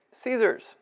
Caesar's